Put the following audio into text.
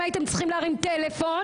הייתם צריכים להרים טלפון.